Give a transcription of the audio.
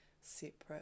separate